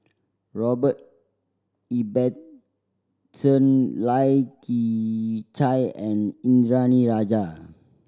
Robert Ibbetson Lai Kew Chai and Indranee Rajah